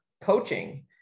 coaching